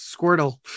Squirtle